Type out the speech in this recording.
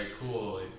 cool